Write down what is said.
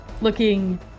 looking